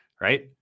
right